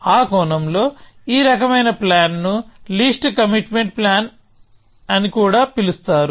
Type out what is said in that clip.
ఆ కోణంలో ఈ రకమైన ప్లాన్ ను లీస్ట్ కమిట్మెంట్ ప్లానింగ్ అని కూడా పిలుస్తారు